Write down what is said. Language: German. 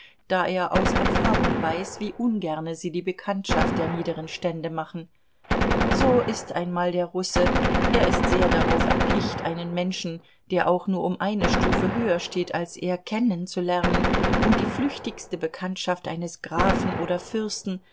da er aus erfahrung weiß wie ungerne sie die bekanntschaft der niederen stände machen so ist einmal der russe er ist sehr darauf erpicht einen menschen der auch nur um eine stufe höher steht als er kennenzulernen und die flüchtigste bekanntschaft eines grafen oder fürsten